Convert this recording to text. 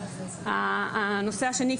הנושא השני,